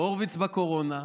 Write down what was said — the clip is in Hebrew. הורוביץ בקורונה,